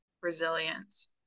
Resilience